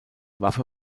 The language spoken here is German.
waffe